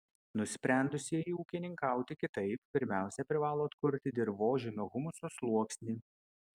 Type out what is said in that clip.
nusprendusieji ūkininkauti kitaip pirmiausia privalo atkurti dirvožemio humuso sluoksnį